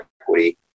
equity